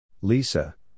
Lisa